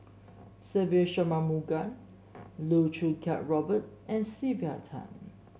Se Ve Shanmugam Loh Choo Kiat Robert and Sylvia Tan